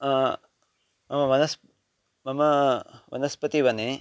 मम वनस्प्तिः मम वनस्पतिवने